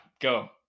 go